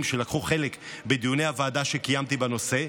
שלקחו חלק בדיוני הוועדה שקיימתי בנושא,